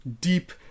deep